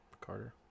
Carter